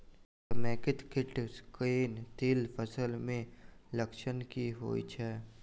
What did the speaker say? समेकित कीट केँ तिल फसल मे लक्षण की होइ छै?